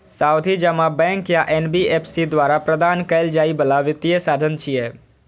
सावधि जमा बैंक या एन.बी.एफ.सी द्वारा प्रदान कैल जाइ बला वित्तीय साधन छियै